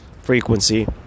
frequency